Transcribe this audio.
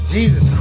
Jesus